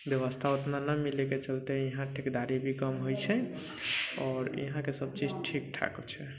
व्यवस्था ओतना ना मिलय के चलते यहाँ ठेकेदारी भी कम होइ छै आओर यहाँ के सब चीज ठीक ठाक छै